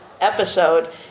episode